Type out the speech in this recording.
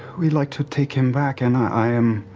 we'd like to take him back and i'm